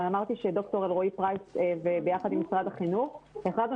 אבל אמרתי שדוקטור אלרעי פרייס יחד עם משרד החינוך החלטנו